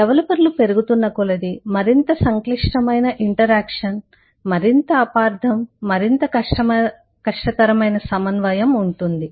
డెవలపర్లు పెరుగుతున్న కొలది మరింత సంక్లిష్టమైన ఇంటరాక్షన్ interaction పరస్పర చర్య మరింత అపార్థం మరింత కష్టతరమైన సమన్వయం ఉంటుంది